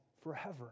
forever